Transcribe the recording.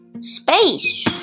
space